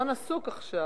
חסון עסוק עכשיו.